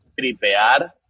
tripear